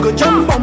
jump